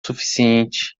suficiente